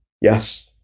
Yes